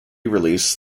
release